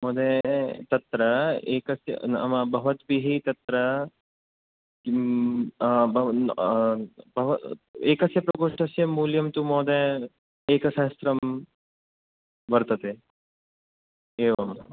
महोदये तत्र एकस्य नाम भवद्भिः तत्र किं एकस्य प्रकोष्टस्य मूल्यं तु महोदय एकसहस्रं वर्तते एवं